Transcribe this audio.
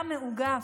אתה מאוגף,